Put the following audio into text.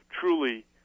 truly